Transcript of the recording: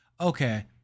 okay